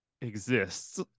exists